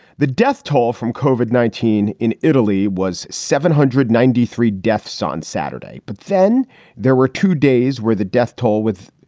the death toll from covered nineteen in italy was seven hundred ninety three deaths on saturday. but then there were two days where the death toll with.